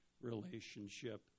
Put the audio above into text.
relationship